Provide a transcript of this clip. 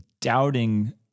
doubting